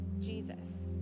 Jesus